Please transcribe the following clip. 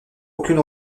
aucune